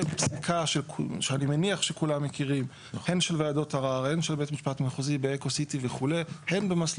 פסיקה שאני מניח שכולם מכירים של ועדות ערער ושל בית המשפט המחוזי.